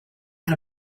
out